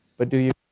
but do you?